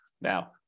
Now